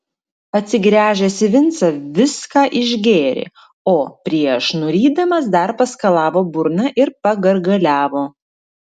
atsigręžęs į vincą viską išgėrė o prieš nurydamas dar paskalavo burną ir pagargaliavo